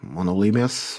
manau laimės